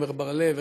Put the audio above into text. עמר בר-לב,